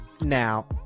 Now